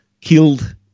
killed